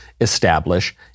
establish